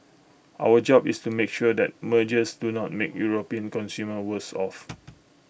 our job is to make sure that mergers do not make european consumers worse off